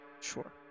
Sure